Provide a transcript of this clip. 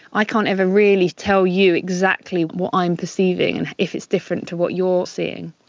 i can't ever really tell you exactly what i'm perceiving and if it's different to what you're seeing.